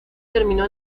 terminó